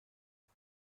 است